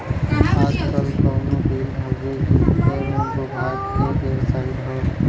आजकल कउनो बिल हउवे ओकर विभाग के बेबसाइट हौ